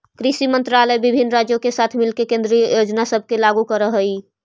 कृषि मंत्रालय विभिन्न राज्यों के साथ मिलके केंद्रीय योजना सब के लागू कर हई